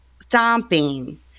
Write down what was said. stomping